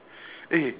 eh